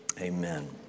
amen